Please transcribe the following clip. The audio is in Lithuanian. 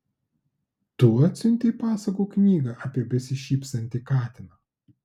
tu atsiuntei pasakų knygą apie besišypsantį katiną